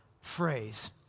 phrase